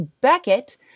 Beckett